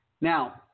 Now